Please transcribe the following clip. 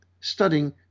studying